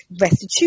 restitution